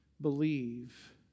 believe